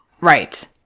Right